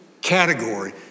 category